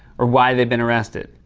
or why they've been arrested.